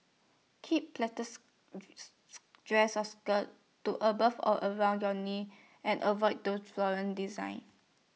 keep pleated dresses or skirts to above or around your knees and avoid those floral designs